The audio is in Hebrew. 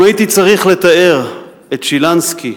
אם הייתי צריך לתאר את שילנסקי,